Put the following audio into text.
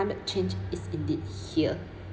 climate change is indeed here